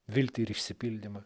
viltį ir išsipildymą